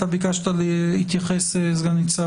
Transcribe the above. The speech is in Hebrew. ביקשת להתייחס סנ"צ בהט.